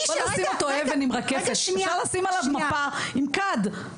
אפשר לשים עליו מפה עם כד.